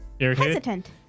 hesitant